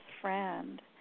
friend